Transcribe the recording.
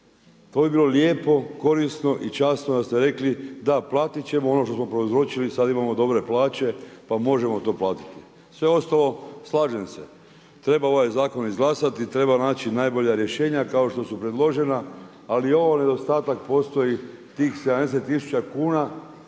to bi bilo lijepo korisno i časno da ste rekli da, platit ćemo ono što smo prouzročili, sad imamo dobre plaće, pa možemo to platiti. Sve ostalo, slažem se, treba ovaj zakon izglasati i treba naći najbolja rješenja kao što su predložena, ali ovom nedostatak postoji tih 70 tisuća